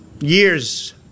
years